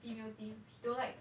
female team he don't like